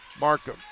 Markham